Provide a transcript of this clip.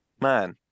man